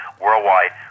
worldwide